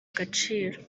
agaciro